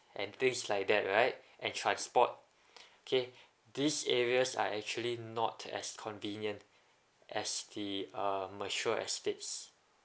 and things like that right and transport okay these areas are actually not as convenient as the um mature estates